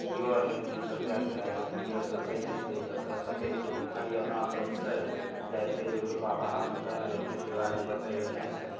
इहो अर लए तनी सोचयके चाही ई अर सोचय नहि छै जे सोचय छै जे खाली अपना सोचिते जाइ छियै दू गो रूपा बाहरमे कमेबइ खेतीबाड़ीमे बचय नहि छै